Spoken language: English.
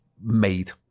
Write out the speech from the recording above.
made